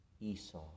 Esau